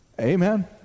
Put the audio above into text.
amen